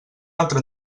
altra